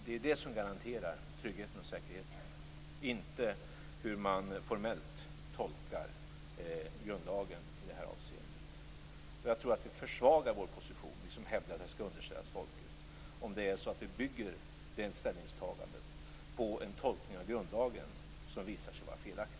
Det är det som garanterar tryggheten och säkerheten, inte hur man formellt tolkar grundlagen i det här avseendet. Jag tror att vi som hävdar att frågan skall underställas folket försvagar vår position om vi bygger det ställningstagandet på en tolkning av grundlagen som visar sig vara felaktig.